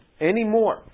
anymore